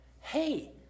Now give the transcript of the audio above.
hey